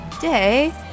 day